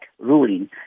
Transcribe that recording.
ruling